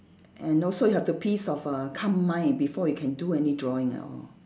and also you have to peace of err calm mind before you can do any drawing at all